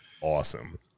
awesome